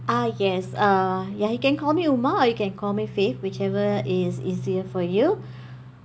ah yes err ya you can call me uma or you can call me faith whichever is easier for you